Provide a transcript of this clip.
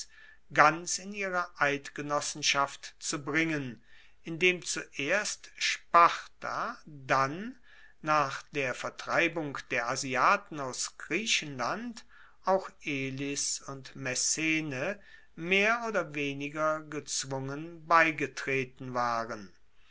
ganz in ihre eidgenossenschaft zu bringen indem zuerst sparta dann nach der vertreibung der asiaten aus griechenland auch elis und messene mehr oder weniger gezwungen beigetreten waren